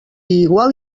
igual